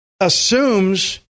assumes